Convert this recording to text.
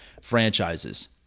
Franchises